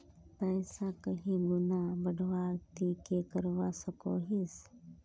पैसा कहीं गुणा बढ़वार ती की करवा सकोहिस?